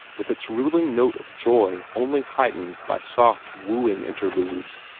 with its ruling note of joy only heightened by soft, wooing interludes,